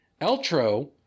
Eltro